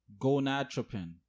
gonadotropin